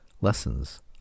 Lessons